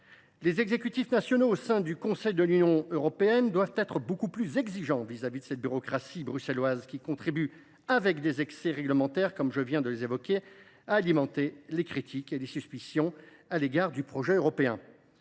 Les exécutifs nationaux au sein du Conseil de l’Union européenne doivent être beaucoup plus exigeants vis à vis de cette bureaucratie bruxelloise, qui contribue, par les excès réglementaires que je viens d’évoquer, à alimenter les critiques et les suspicions à l’égard du projet européen.